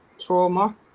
trauma